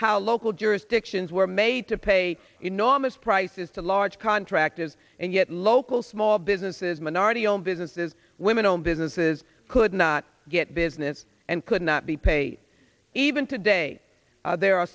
how local jurisdictions were made to pay enormous prices to large contractors and yet local small businesses minority owned businesses women owned businesses could not get business and could not be paid even today there are